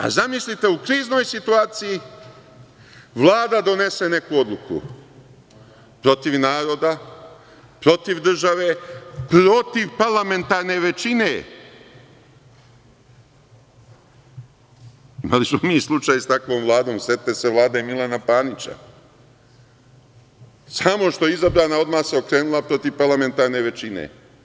A, zamislite u kriznoj situaciji, Vlada donese neku odluku protiv naroda, protiv države, protiv parlamentarne većine, imali smo mi slučaj sa takvom Vladom, setite se Vlade Milana Panića, samo što je izabrana odmah se okrenula protiv parlamentarne većine.